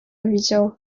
widział